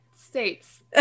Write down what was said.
states